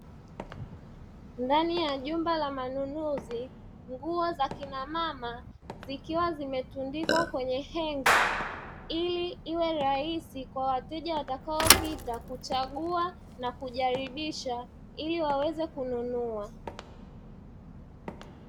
Ndani ya jumba la manunuzi nguo za kina mama zikiwa zimetundikwa kwenye henga, ili iwe rahisi kwa wateja watakopita kuchagua na kujaribisha ili waweze kununua.